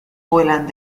vuelan